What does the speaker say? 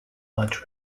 large